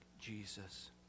Jesus